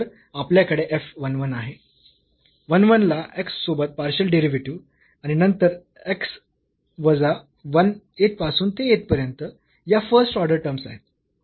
तर आपल्याकडे f 1 1 आहे 1 1 ला x सोबत पार्शियल डेरिव्हेटिव्ह आणि नंतर x वजा 1 येथपासून ते येथपर्यंत या फर्स्ट ऑर्डर टर्म्स आहेत